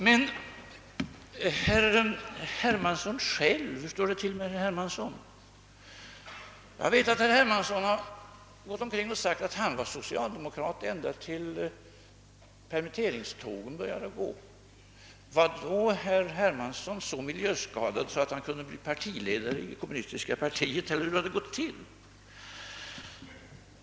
Men hur står det till med herr Hermansson själv? Jag vet att herr Hermansson har gått omkring och sagt att han var socialdemokrat ända tills permitteringstågen började gå. Var herr Hermansson då så miljöskadad att han kunde bli partiledare i det kommunistiska partiet eller hur har det gått till?